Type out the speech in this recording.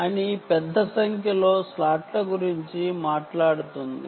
అని పెద్ద సంఖ్యలో స్లాట్ల గురించి మాట్లాడుతుంది